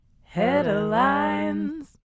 Headlines